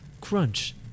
crunch